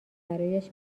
برایش